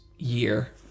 year